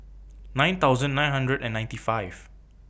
nine thousand nine hundred and ninety five